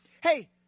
Hey